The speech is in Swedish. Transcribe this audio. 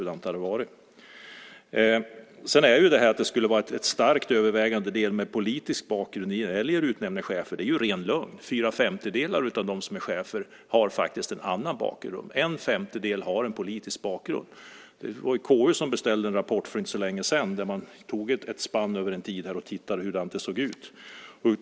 Detta att det skulle vara en starkt övervägande del med politisk bakgrund när regeringen utnämner chefer är ren lögn. Fyra femtedelar av dem som är chefer har en annan bakgrund. En femtedel har en politisk bakgrund. KU beställde en rapport för inte så länge sedan där man tog ett spann över en tid och tittade på hur det såg ut.